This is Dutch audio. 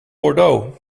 bordeaux